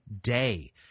day